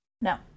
No